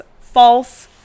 false